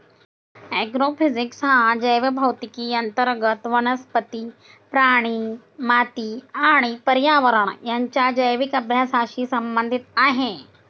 agrophysics हा जैवभौतिकी अंतर्गत वनस्पती, प्राणी, माती आणि पर्यावरण यांच्या जैविक अभ्यासाशी संबंधित आहे